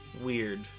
Weird